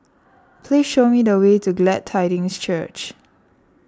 please show me the way to Glad Tidings Church